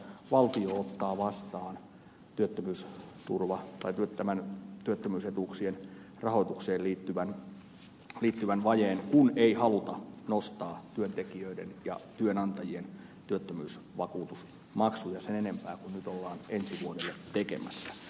valtio ottaa vastaan työttömyysetuuksien rahoitukseen liittyvän vajeen kun ei haluta nostaa työntekijöiden ja työnantajien työttömyysvakuutusmaksuja sen enempää kuin nyt ollaan ensi vuodelle tekemässä